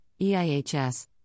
EIHS